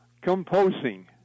composing